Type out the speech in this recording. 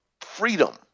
freedom